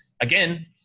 again